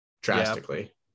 drastically